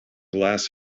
glass